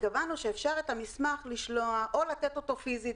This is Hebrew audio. התכוונו שאפשר את המסמך או לתת אותו פיזית,